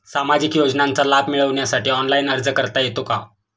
सामाजिक योजनांचा लाभ मिळवण्यासाठी ऑनलाइन अर्ज करता येतो का?